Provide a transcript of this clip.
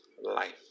life